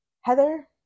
Heather